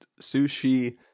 sushi